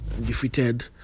defeated